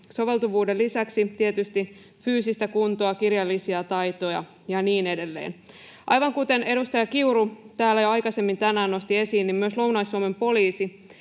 soveltuvuuden lisäksi tietysti fyysistä kuntoa, kirjallisia taitoja ja niin edelleen. Aivan kuten edustaja Kiuru täällä jo aikaisemmin tänään nosti esiin, myös Lounais-Suomen poliisi